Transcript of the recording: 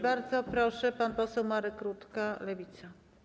Bardzo proszę, pan poseł Marek Rutka, Lewica.